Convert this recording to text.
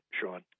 Sean